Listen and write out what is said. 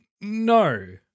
No